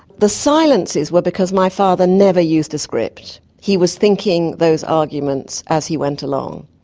the silences were because my father never used a script. he was thinking those arguments as he went along.